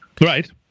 Right